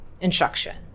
instruction